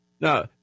Now